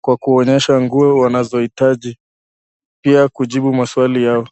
kwa kuwaonyesha nguo wanazohitaji, pia kujibu maswali yao.